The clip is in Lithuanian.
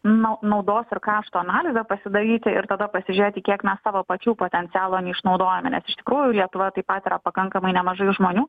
nu naudos ir kaštų analizę pasidaryti ir tada pasižiūrėti kiek mes savo pačių potencialo neišnaudojame nes iš tikrųjų lietuvoje taip pat yra pakankamai nemažai žmonių